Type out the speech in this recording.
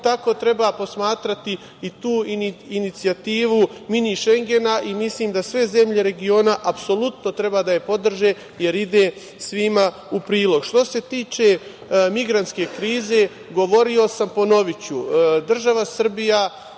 tako treba posmatrati i tu inicijativu Mini Šengena i mislim da sve zemlje regiona apsolutno treba da je podrže, jer ide svima u prilog. Što se tiče migrantske krize, govorio sam i ponoviću. Država Srbija,